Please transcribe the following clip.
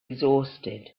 exhausted